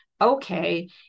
okay